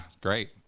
great